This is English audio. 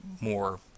more